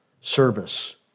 service